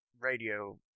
radio